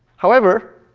however,